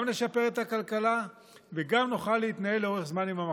גם נשפר את הכלכלה וגם נוכל להתנהל לאורך זמן עם המחלה.